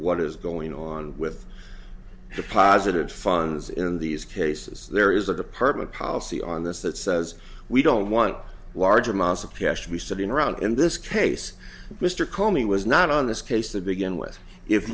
what is going on with the positive funds in these cases there is a department policy on this that says we don't want large amounts of cash to be sitting around in this case mr comey was not on this case that begin with if